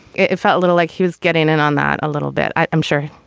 it felt a little like he was getting in on that a little bit i'm sure.